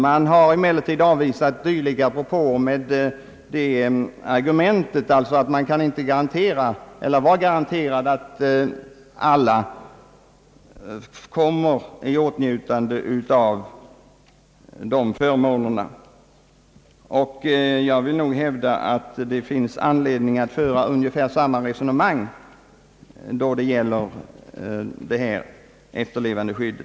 Man har emellertid avvisat dylika propåer med argumentet att det inte kan finnas någon garanti för att alla kommer i åtnjutande av dessa förmåner. Jag vill nog hävda att det finns anledning att föra ungefär samma resonemang när det gäller det här efterlevandeskyddet.